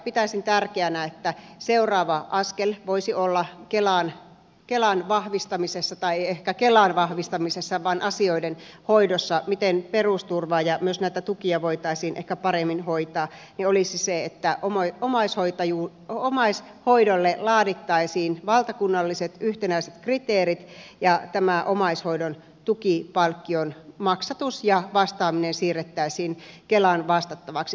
pitäisin tärkeänä että seuraava askel voisi olla kellään kelan vahvistamisessa tai ehkä kelan vahvistamisessa on asioiden hoidossa miten perusturvaa ja myös näitä tukia voitaisiin ehkä paremmin hoitaa voisi olla se että omaishoidolle laadittaisiin valtakunnalliset yhtenäiset kriteerit ja tämä omaishoidon tukipalkkion maksatus siirrettäisiin kelan vastattavaksi